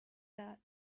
that